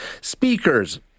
speakers